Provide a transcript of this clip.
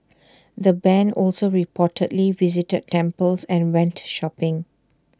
the Band also reportedly visited temples and went shopping